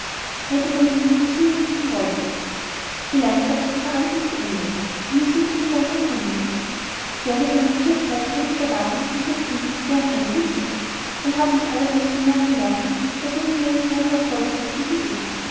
weil die marine nichts von mir wissen wollte vielleicht hat sie ihre ansicht geändert sie müssen sich darnach erkundigen wer mir seine thür zeigt kann nicht erwarten daß ich es bin der ihn um eintritt bittet man hat mich allerdings bemerken lassen daß man mit meinen kleinen erfolgen zufrieden ist